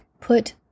Put